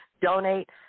donate